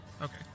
Okay